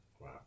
Wow